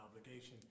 obligation